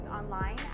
online